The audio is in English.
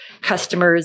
customers